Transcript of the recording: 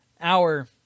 hour